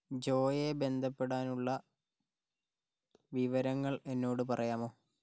ജോയെ ബന്ധപ്പെടാനുള്ള വിവരങ്ങൾ എന്നോട് പറയാമോ